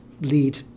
lead